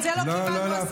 את זה לא קיבלנו,